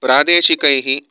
प्रादेशिकैः